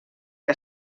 que